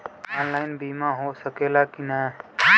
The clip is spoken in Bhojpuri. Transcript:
ऑनलाइन बीमा हो सकेला की ना?